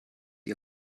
ihr